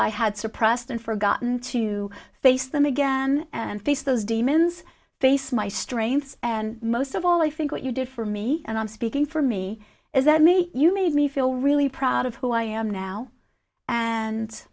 i had suppressed and forgotten to face them again and face those demons face my strengths and most of all i think what you did for me and i'm speaking for me is that me you made me feel really proud of who i am now and